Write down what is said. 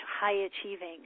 high-achieving